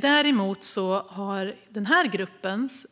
Däremot har gruppens